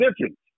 different